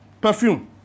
perfume